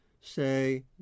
say